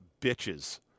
bitches